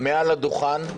מעל הדוכן.